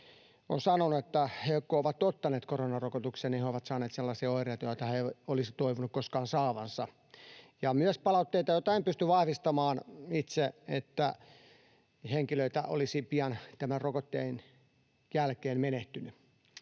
ovat sanoneet, että kun he ovat ottaneet koronarokotuksen, niin he ovat saaneet sellaisia oireita, joita he eivät olisi toivoneet koskaan saavansa. Ja on myös palautteita, joita en pysty vahvistamaan itse, että henkilöitä olisi pian tämän rokotteen jälkeen menehtynyt.